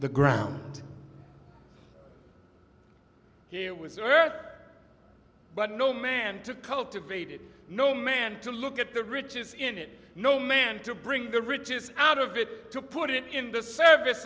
the ground here was but no man to cultivate it no man to look at the riches in it no man to bring the riches out of it to put it in the service